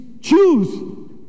choose